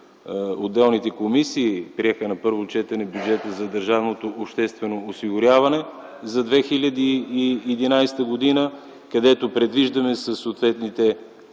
отделните комисии приеха на първо четене бюджета за държавното обществено осигуряване за 2011г., където предвиждаме със съответните текстове